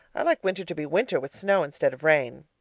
i like winter to be winter with snow instead of rain.